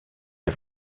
les